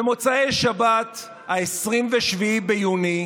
במוצאי שבת 27 ביוני,